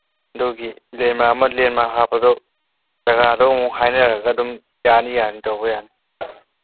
ꯑꯗꯨꯒꯤ ꯂꯦꯟꯃꯥꯛ ꯑꯃ ꯂꯦꯟꯃꯥꯛ ꯍꯥꯞꯄꯗꯣ ꯖꯒꯥꯗꯣ ꯑꯃꯨꯛ ꯍꯥꯏꯅꯔꯒ ꯑꯗꯨꯝ ꯌꯥꯅꯤ ꯌꯥꯅꯤ ꯇꯧꯕ ꯌꯥꯅꯤ